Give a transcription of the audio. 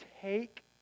take